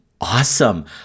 awesome